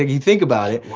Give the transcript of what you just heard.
you think about it.